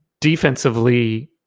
defensively